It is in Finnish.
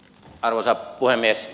arvoisa puhemies